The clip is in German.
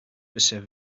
bisher